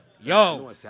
yo